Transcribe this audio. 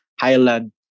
highland